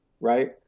right